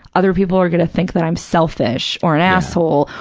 other people are going to think that i'm selfish or an asshole,